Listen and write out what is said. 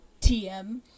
tm